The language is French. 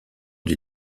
des